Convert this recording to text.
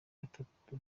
gatatu